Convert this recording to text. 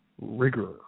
rigor